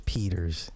Peters